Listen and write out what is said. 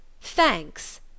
Thanks